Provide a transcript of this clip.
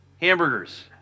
hamburgers